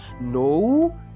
No